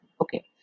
okay